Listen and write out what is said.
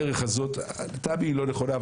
הדרך הזאת לטעמי היא לא נכונה,